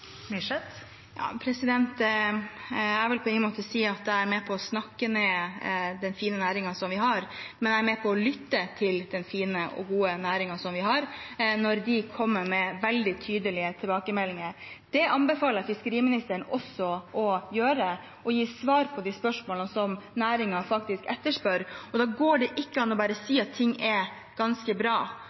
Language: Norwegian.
Myrseth – til oppfølgingsspørsmål. Jeg vil på ingen måte si at jeg er med på å snakke ned den fine næringen som vi har, men jeg er med på å lytte til den fine og gode næringen som vi har, når de kommer med veldig tydelige tilbakemeldinger. Det anbefaler jeg også fiskeriministeren å gjøre, og gi svar på de spørsmålene som næringen faktisk stiller. Da går det ikke an bare å si at ting er ganske bra,